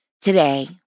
Today